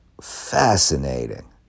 Fascinating